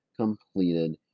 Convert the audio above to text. Completed